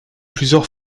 plusieurs